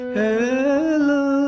hello